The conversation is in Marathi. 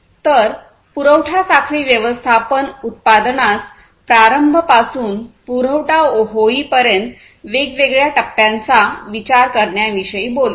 तर पुरवठा साखळी व्यवस्थापन उत्पादनास प्रारंभ पासून पुरवठा होईपर्यंत वेगवेगळ्या टप्प्यांचा विचार करण्याविषयी बोलते